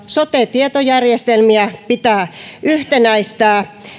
sote tietojärjestelmiä pitää yhtenäistää